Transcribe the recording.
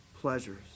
pleasures